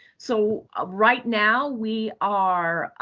so ah right now, we are